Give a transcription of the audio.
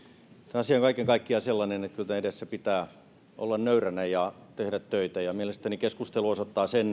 asia on kaiken kaikkiaan sellainen että kyllä tämän edessä pitää olla nöyränä ja tehdä töitä mielestäni keskustelu osoittaa sen